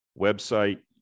website